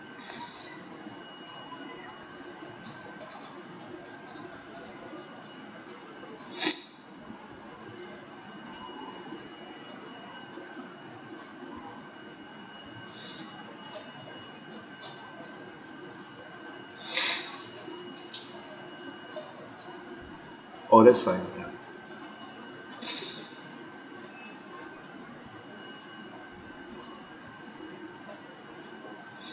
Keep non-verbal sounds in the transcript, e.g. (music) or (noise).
(breath) oh that's fine ya (breath)